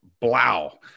blow